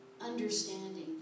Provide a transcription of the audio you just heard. understanding